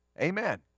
Amen